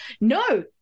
no